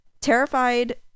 Terrified